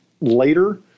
later